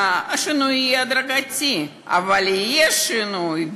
השינוי יהיה הדרגתי, אבל יהיה שינוי.